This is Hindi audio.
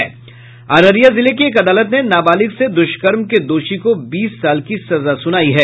अररिया जिले की एक अदालत ने नाबालिग से दुष्कर्म के दोषी को बीस साल की सजा सुनाई है